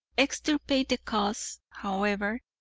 extirpate the cause, however,